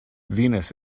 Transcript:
venus